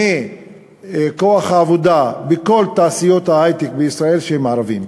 מכוח העבודה בכל תעשיות ההיי-טק בישראל הם ערבים.